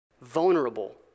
Vulnerable